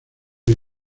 los